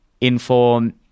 inform